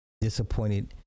disappointed